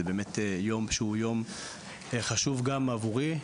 זה באמת יום שהוא יום חשוב גם עבורי,